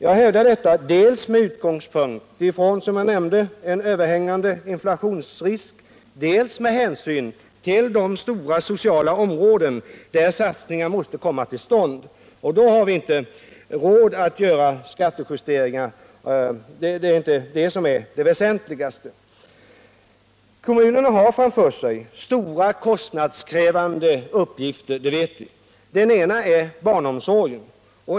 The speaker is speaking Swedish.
Jag hävdar detta dels med utgångspunkt i, som jag nämnde, en överhängande inflationsrisk, dels med hänsyn till de stora sociala områden där satsningar måste komma till stånd. Då har vi inte råd att göra marginalskattejusteringar. Det är inte detta som är det väsentligaste. Kommunerna har stora kostnadskrävande uppgifter framför sig, det vet vi. En av dessa är barnomsorgen.